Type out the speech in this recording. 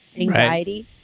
anxiety